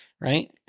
right